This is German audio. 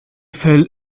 fell